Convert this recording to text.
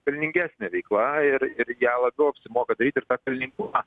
pelningesnė veikla ir ir ją labiau apsimoka daryti ir tą pelningumą